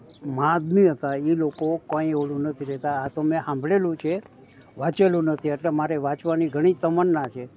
આદમી હતા એ લોકો કંઇ પેલું નથી રહેતા આ તો મેં સાંભળેલું છે વાંચેલું નથી એટલે મારે વાંચવાની ઘણી જ તમન્ના છે